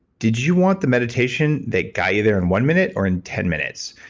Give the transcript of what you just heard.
did you want the meditation that got you there in one minute or in ten minutes?